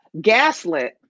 Gaslit